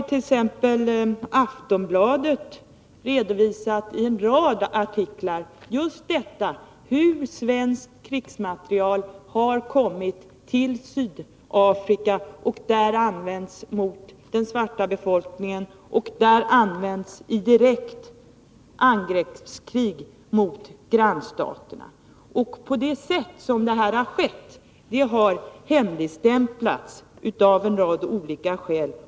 T. ex. Aftonbladet har i en rad artiklar redovisat hur just svensk krigsmateriel har kommit till Sydafrika och där använts mot den svarta befolkningen och i direkt angreppskrig mot grannstaterna. Det sätt på vilket detta har skett har hemligstämplats av en rad olika skäl.